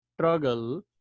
struggle